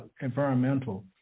environmental